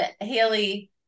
Haley